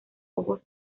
ojos